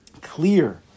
clear